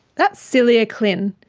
that's celia klin,